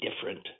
different